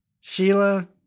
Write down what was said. Sheila